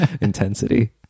intensity